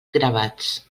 gravats